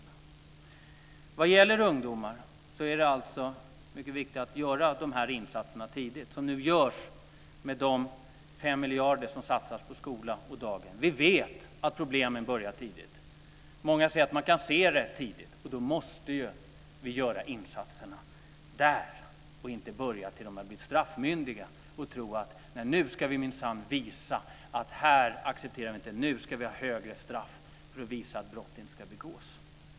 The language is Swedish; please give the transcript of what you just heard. När det gäller ungdomar är det mycket viktigt att tidigt göra de insatser som nu görs med de 5 miljarder som satsas på skolor och daghem. Vi vet att problemen uppstår tidigt. Många säger att man kan se det tidigt, och då måste insatserna göras. Man kan inte vänta tills ungdomarna har blivit straffmyndiga och tro att man minsann kan visa att man inte accepterar deras beteende och att straffen ska vara högre för att visa att brott inte ska begås.